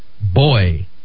boy